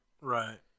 Right